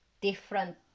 different